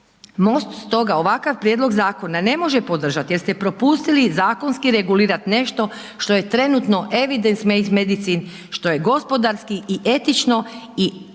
MOST stoga ovakav prijedlog zakona ne može podržat jer ste propustili zakonski regulirat nešto što je trenutno…/Govornik se ne razumije/… što je gospodarski i etično i trebali